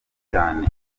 cyane